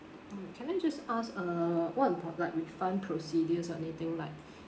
mm can I just ask uh what impo~ like refund procedures or anything like